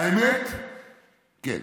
האמת, כן.